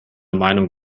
meinung